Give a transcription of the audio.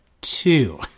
two